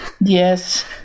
Yes